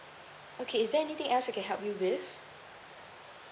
okay is there anything else I can help you with